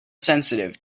sensitive